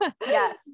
Yes